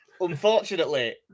Unfortunately